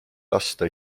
lasta